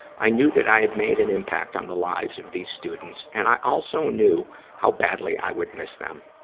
i knew that i had made an impact on the lives of these students, and i also knew how badly i would miss them.